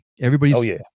Everybody's